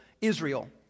Israel